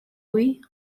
oui